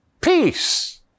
peace